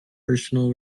personal